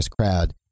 crowd